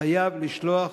חייב לשלוח